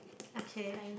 okay